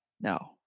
No